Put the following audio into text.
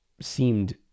seemed